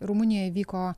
rumunijoje vyko